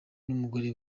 n’umugore